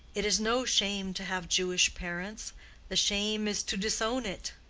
it is no shame to have jewish parents the shame is to disown it.